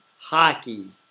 hockey